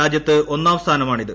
രാജ്യത്ത് ഒന്നാം സ്ഥാനമാണിത്